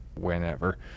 whenever